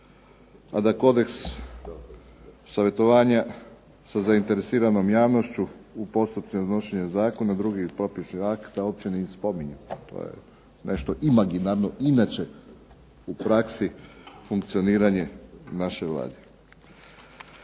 a da kodeks savjetovanja sa zainteresiranom javnošću u postupcima donošenja zakona i drugi propisi akta uopće ne spominjemo. To je nešto imaginarno inače u praksi funkcioniranje naše Vlade.